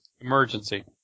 Emergency